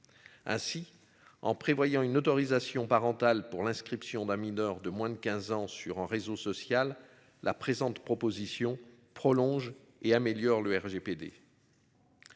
Ainsi, en prévoyant une autorisation parentale pour l'inscription d'un mineur de moins de 15 ans sur un réseau social la présente proposition prolonge et améliore le RGPD.